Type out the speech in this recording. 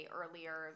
earlier